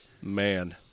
Man